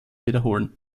wiederholen